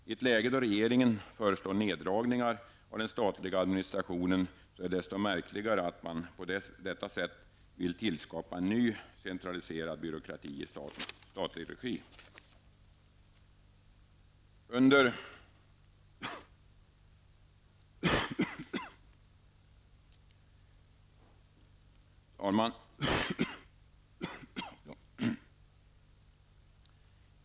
I ett läge då regeringen föreslår neddragningar av den statliga administrationen är det desto märkligare att man på detta sätt vill tillskapa en ny centraliserad byråkrati i statlig regi. Herr talman!